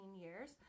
years